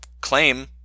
claim